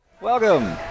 Welcome